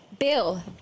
Bill